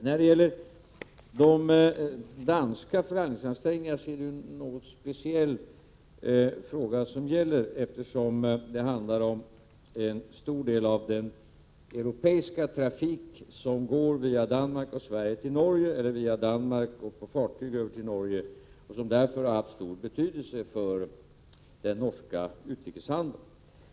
När det gäller de danska förhandlingsansträngningarna rör det sig om en något speciell fråga. Det handlar om en stor del av den europeiska trafik som går via Danmark och Sverige till Norge, eller via Danmark och med fartyg över till Norge. Den trafiken har haft stor betydelse för den norska utrikeshandeln.